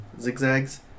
zigzags